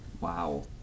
Wow